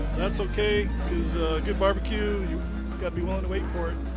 that's okay cause good barbecue you got to be willing to wait for it.